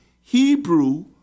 Hebrew